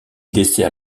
dessert